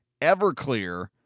Everclear